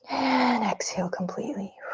and exhale completely.